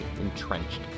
entrenched